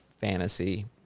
fantasy